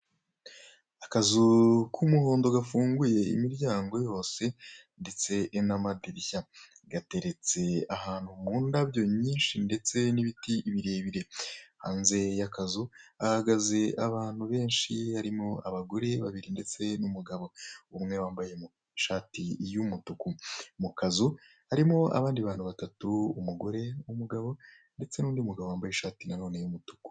Akazu k'umuhondo gafunguye imiryango yose ndetse n'amadirishya, gateretse ahantu mu ndabyo nyinshi ndetse n'ibiti birebire hanze y'akazu hahagaze abantu benshi harimo abagore babiri ndetse n'umugabo umwe wambaye ishati y'umutuku mu kazu harimo abandi bantu batatu umugore, umugabo ndetse n'undi mugabo nanone wambaye ishati y'umutuku.